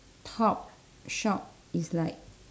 top shop is like